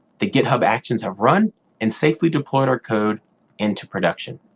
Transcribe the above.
the github actions have run and safely deployed our code into production.